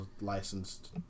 licensed